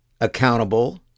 accountable